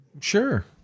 Sure